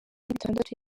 bitandatu